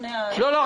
לא.